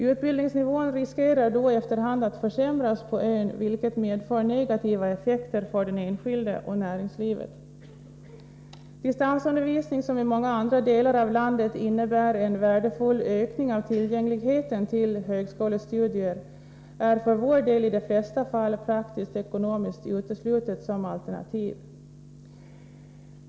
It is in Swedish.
Utbildningsnivån riskerar då efter hand att försämras på ön, vilket medför negativa effekter för den enskilde och näringslivet. Distansundervisning, som i många andra delar av landet innebär en värdefull ökning av tillgängligheten till högskolestudier, är för vår del i de flesta fall praktiskt-ekonomiskt uteslutet som alternativ.